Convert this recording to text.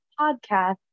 podcast